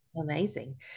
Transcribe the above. Amazing